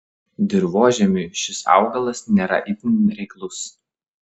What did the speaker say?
dirvožemiui šis augalas nėra itin reiklus